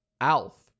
Alf